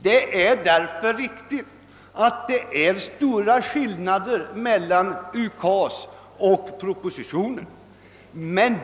Det är därför riktigt att hävda att det är stora skillnader mellan UKAS och propositionen.